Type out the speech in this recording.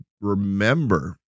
remember